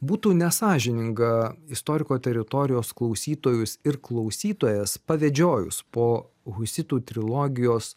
būtų nesąžininga istoriko teritorijos klausytojus ir klausytojas pavedžiojus po husitų trilogijos